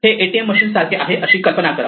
हे ATM machine सारखे काही आहे अशी कल्पना करा